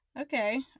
Okay